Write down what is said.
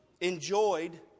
enjoyed